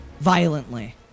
violently